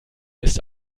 ist